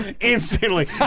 Instantly